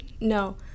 no